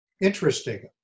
Interesting